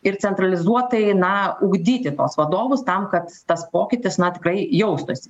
ir centralizuotai na ugdyti tuos vadovus tam kad tas pokytis na tikrai jaustųsi